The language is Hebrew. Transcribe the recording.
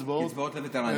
קצבאות לווטרנים.